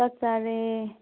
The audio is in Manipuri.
ꯆꯥꯛ ꯆꯥꯔꯦ